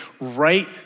right